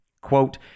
Quote